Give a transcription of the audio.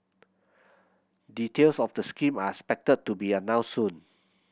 details of the scheme are expected to be announced soon